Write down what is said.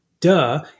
duh